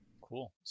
Cool